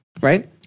Right